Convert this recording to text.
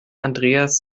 andreas